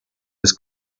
his